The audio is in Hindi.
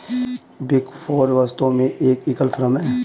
बिग फोर वास्तव में एक एकल फर्म है